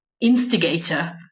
instigator